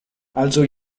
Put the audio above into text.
also